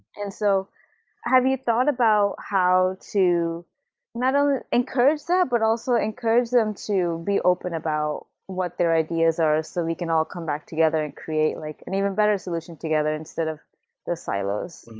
and so have you thought about how to not only encourage that, but also encourage them to be open about what their ideas are so we can all come back together and create like an even better solution together instead of the silos?